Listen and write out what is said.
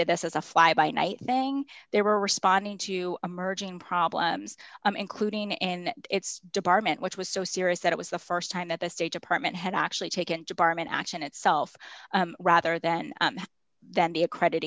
this as a fly by night thing they were responding to emerging problems including in its department which was so serious that it was the st time that the state department had actually taken department action itself rather than than the accredit